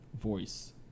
voice